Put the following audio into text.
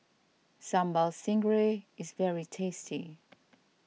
Sambal Stingray is very tasty